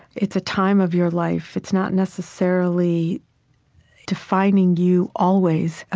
it's a time of your life. it's not necessarily defining you always.